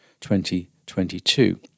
2022